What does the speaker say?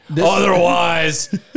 Otherwise